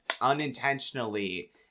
unintentionally